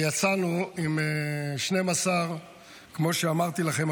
ויצאנו עם 12. כמו שאמרתי לכם,